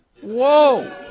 Whoa